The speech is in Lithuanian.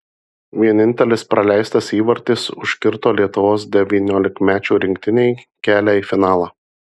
vienintelis praleistas įvartis užkirto lietuvos devyniolikmečių rinktinei kelią į finalą